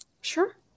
Sure